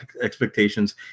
expectations